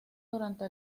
durante